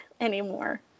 anymore